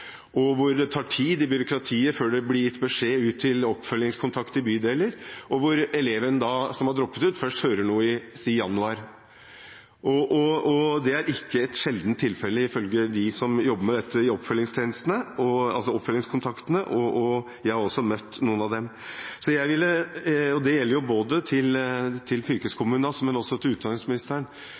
det tid i byråkratiet før det blir gitt beskjed ut til oppfølgingskontakt i bydeler, og eleven som har droppet ut, hører først noe, la oss si i januar. Det er ikke et sjeldent tilfelle ifølge dem som jobber med dette i oppfølgingstjenestene; oppfølgingskontaktene. Jeg har også møtt noen av dem. Både overfor fylkeskommunene og utdanningsministeren vil jeg appellere og ta opp spørsmålet om det